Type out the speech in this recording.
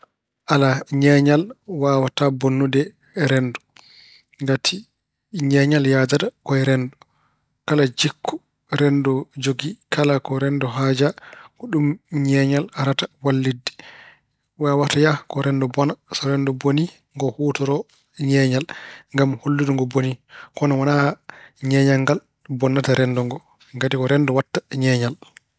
Alaa, ñeeñal waawataa bonnude renndo ngati ñeeñal yahdata ko e renndo. Kala jikku renndo jogii, kala ko renndo haajaa, ɗum ñeeñal arata wallitde. Waawata ya ko renndo bona, so renndo bonii, ngo huutoroo ñeeñal ngam hollude ngo boni. Kono wonaa ñeeñal ngal bonnata renndo ngo ngati ko renndo waɗta ñeeñal.